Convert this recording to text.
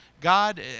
God